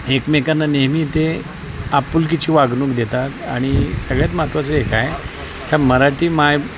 एकमेकांना नेहमी ते आपुलकीची वागणूक देतात आणि सगळ्यात महत्त्वाचं एक आहे ह्या मराठी माय